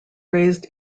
raised